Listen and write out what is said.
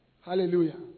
Hallelujah